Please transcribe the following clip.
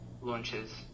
launches